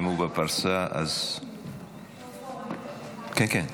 אם הוא בפרסה, אז ------ כן, כן.